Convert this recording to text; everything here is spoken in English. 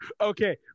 Okay